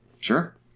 Sure